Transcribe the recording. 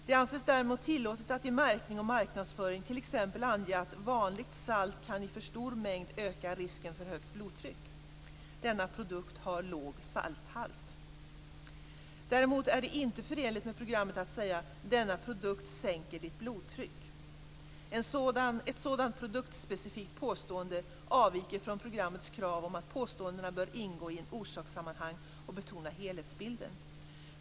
Det anses därmed tillåtet att i märkning och marknadsföring t.ex. ange att "vanligt salt kan i för stor mängd öka risken för högt blodtryck. Denna produkt har låg salthalt." Däremot är det inte förenligt med programmet att säga "denna produkt sänker ditt blodtryck". Ett sådant produktspecifikt påstående avviker från programmets krav om att påståendena bör ingå i ett orsakssammanhang och betona helhetsbilden.